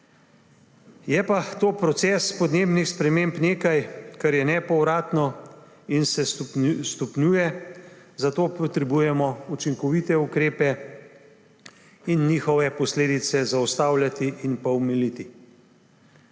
Je pa proces podnebnih sprememb nekaj, kar je nepovratno in se stopnjuje. Zato potrebujemo učinkovite ukrepe in [je treba] njihove posledice zaustavljati in omiliti.